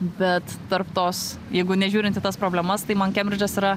bet tarp tos jeigu nežiūrint į tas problemas tai man kembridžas yra